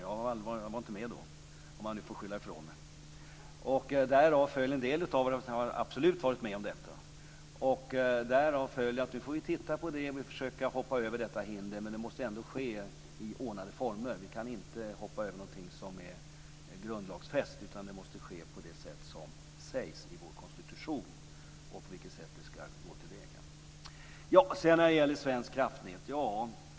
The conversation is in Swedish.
Jag var inte med då, om jag nu får skylla ifrån mig. En del av er har absolut varit med om detta. Därav följer att vi nu får titta på det, och vi får försöka hoppa över detta hinder. Men det måste ändå ske i ordnade former. Vi kan inte hoppa över något som är grundlagsfäst, utan det måste ske på det sätt som sägs i vår konstitution om hur vi ska gå till väga. Så till Svenska kraftnät.